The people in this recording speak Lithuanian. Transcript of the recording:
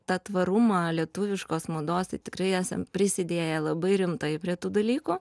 tą tvarumą lietuviškos mados tai tikrai esam prisidėję labai rimtai prie tų dalykų